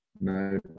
No